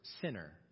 sinner